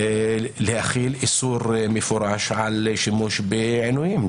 להחיל איסור מפורש על שימוש בעינויים.